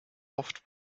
oft